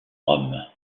rome